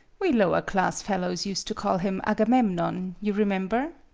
we lower class fellows used to call him agamemnon, you remember.